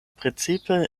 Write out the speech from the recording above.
precipe